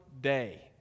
day